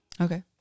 okay